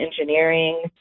engineering